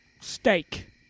steak